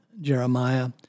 Jeremiah